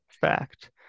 Fact